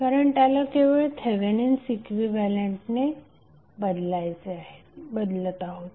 आपण त्याला केवळ थेवेनिन्स इक्विव्हॅलंटने रिप्लेस करत आहोत